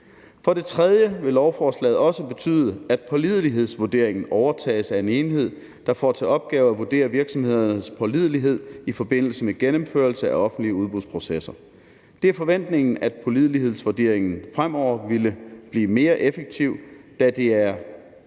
For det tredje vil lovforslaget også betyde, at pålidelighedsvurderingen overtages af en enhed, der får til opgave at vurdere virksomhedernes pålidelighed i forbindelse med gennemførelse af offentlige udbudsprocesser. Det er forventningen, at pålidelighedsvurderingen fremover vil blive mere effektiv, da det er